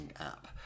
app